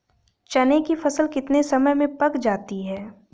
चने की फसल कितने समय में पक जाती है?